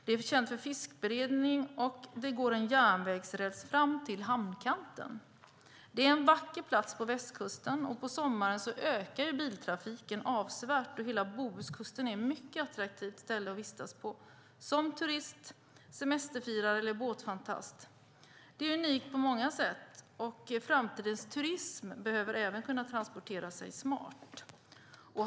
Det är känt för fiskberedning, och det går en järnvägsräls fram till hamnkanten. Det är en vacker plats på västkusten, och på sommaren ökar biltrafiken avsevärt då hela Bohuskusten är ett mycket attraktivt ställe att vistas på som turist, semesterfirare eller båtfantast. Den är unik på många sätt, och framtidens turism behöver även kunna transporteras smart.